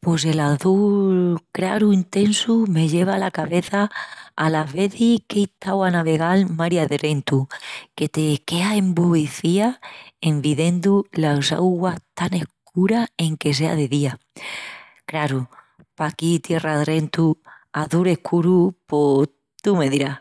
Pos el azul craru intesu me lleva la cabeça alas vezis qu'ei estau a navegal mari adrentu, que te queas embobecía en videndu las auguas tan escuras enque sea de día. Craru, paquí tierra adrentu, azul escuru, pos tu me dirás…